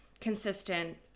consistent